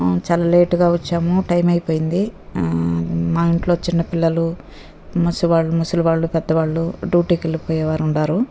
చాలా లేట్గా వచ్చాము టైమ్ అయిపోయింది మా ఇంట్లో చిన్న పిల్లలు మసి వాళ్ళు ముసలివాళ్ళు పెద్దవాళ్ళు డ్యూటీకి వెళ్ళిపోయేవారు ఉన్నారు